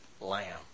lamb